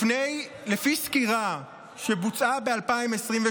לפי סקירה שבוצע ב-2022,